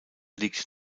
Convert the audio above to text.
liegt